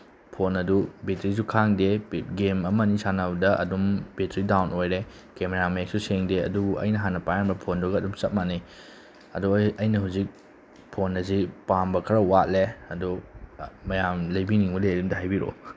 phone ꯑꯗꯨ ꯕꯦꯇ꯭ꯔꯤꯁꯨ ꯈꯥꯡꯗꯦ ꯒꯦꯝ ꯑꯃꯅꯤ ꯁꯥꯟꯅꯕꯗ ꯑꯗꯨꯝ ꯕꯦꯇ꯭ꯔꯤ ꯗꯥꯎꯟ ꯑꯣꯏꯔꯦ ꯀꯦꯃꯦꯔꯥ ꯃꯌꯦꯛꯁꯨ ꯁꯦꯡꯗꯦ ꯑꯗꯨꯕꯨ ꯑꯩꯅ ꯍꯥꯟꯅ ꯄꯥꯏꯔꯝꯕ ꯐꯣꯟꯗꯨꯒ ꯑꯗꯨꯝ ꯆꯞ ꯃꯥꯟꯅꯩ ꯑꯗꯣ ꯑꯩ ꯑꯩꯅ ꯍꯧꯖꯤꯛ ꯐꯣꯟ ꯑꯁꯤ ꯄꯥꯝꯕ ꯈꯔ ꯋꯥꯠꯂꯦ ꯑꯗꯨ ꯃꯌꯥꯝ ꯂꯩꯕꯤꯅꯤꯡꯕ ꯂꯩꯔꯗꯤ ꯑꯃꯇ ꯍꯥꯏꯕꯤꯔꯛꯑꯣ